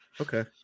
Okay